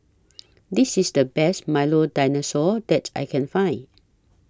This IS The Best Milo Dinosaur that I Can Find